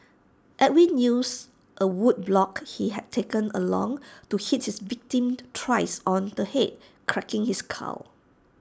Edwin used A wood block he had taken along to hit his victim thrice on the Head cracking his skull